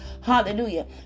Hallelujah